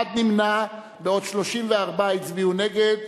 אחד נמנע, ו-34 הצביעו נגד.